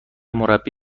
مربی